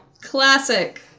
classic